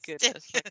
goodness